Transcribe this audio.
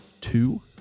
Two